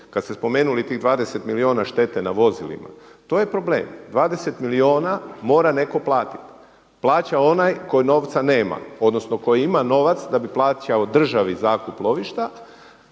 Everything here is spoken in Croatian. Kad ste spomenuli tih 20 milijuna štete na vozilima to je problem. 20 milijuna mora netko platiti. Plaća onaj koji novca nema, odnosno koji ima novac da bi plaćao državi zakup lovišta,